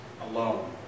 alone